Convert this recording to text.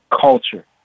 culture